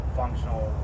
functional